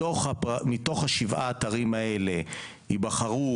מתוך שבעה אתרים אולי יבחרו